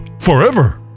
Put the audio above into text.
forever